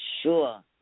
sure